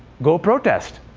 go protest.